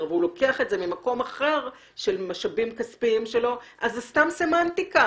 והוא לוקח את זה ממקום אחר של משאבים כספיים שלו אז זו סתם סמנטיקה